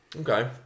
Okay